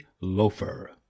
loafer